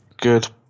Good